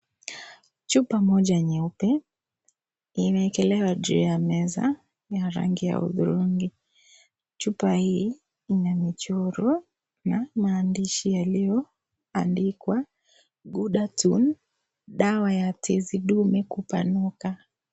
Chupa moja nyeupe imeeekelwa juu ya meza ya rangi ya hudhurungi. Chupa hii ina michoro na maandishi yaliyoandikwa Ghudatun , dawa ya tezi dume kupanuka.